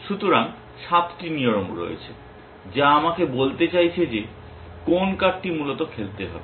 সুতরাং 7টি নিয়ম রয়েছে যা আমাকে বলতে চাইছে যে কোন কার্ডটি মূলত খেলতে হবে